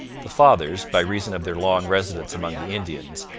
the fathers, by reason of their long residence among the indians,